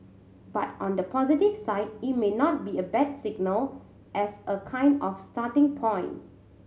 but on the positive side it may not be a bad signal as a kind of starting point